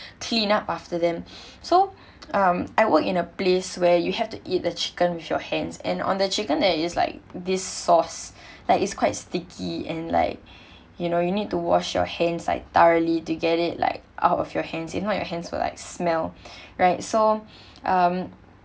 clean up after them so um I work in a place where you have to eat the chicken with your hands and on the chicken there is like this sauce like is quite sticky and like you know you need to wash your hands like thoroughly to get it like out of your hands you know your hands were like smell right so um